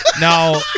Now